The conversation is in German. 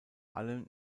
allem